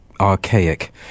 archaic